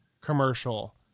commercial